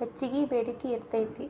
ಹೆಚ್ಚಗಿ ಬೇಡಿಕಿ ಇರ್ತೇತಿ